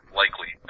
likely